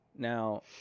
Now